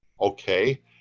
Okay